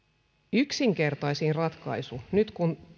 yksinkertaisin ratkaisu nyt kun